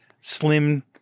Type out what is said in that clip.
slim